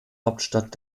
hauptstadt